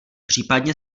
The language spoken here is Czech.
případně